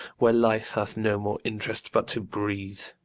where life hath no more interest but to breathe!